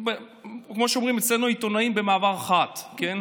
כמו שאומרים אצלנו העיתונאים, "במעבר חד", כן?